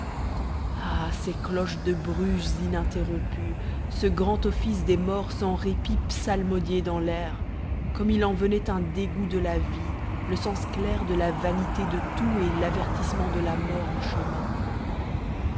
ah ces cloches de bruges ininterrompues ce grand office des morts sans répit psalmodié dans l'air comme il en venait un dégoût de la vie le sens clair de la vanité de tout et l'avertissement de la mort en chemin